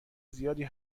زیادی